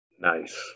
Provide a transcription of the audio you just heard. Nice